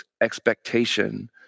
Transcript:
expectation